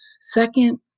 Second